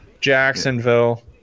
Jacksonville